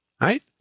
Right